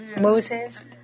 Moses